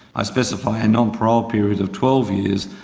i specify a non-parole period of twelve years,